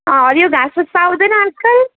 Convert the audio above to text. अँ हरियो घाँसफुस पाउँदैन अन्त